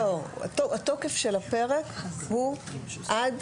לא, התוקף של הפרק הוא עד